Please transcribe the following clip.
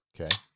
Okay